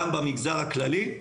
גם במגזר הכללי,